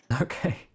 Okay